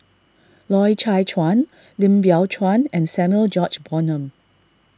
Loy Chye Chuan Lim Biow Chuan and Samuel George Bonham